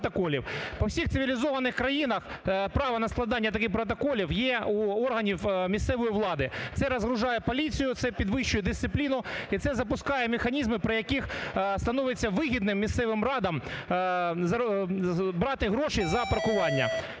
По всіх цивілізованих країнах право на складання таких протоколів є у органів місцевої влади. Це розвантажує поліцію, це підвищує дисципліну і це запускає механізми при яких становиться вигідним місцевим радам брати гроші за паркування.